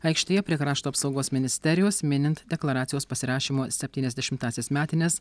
aikštėje prie krašto apsaugos ministerijos minint deklaracijos pasirašymo septyniasdešimtąsias metines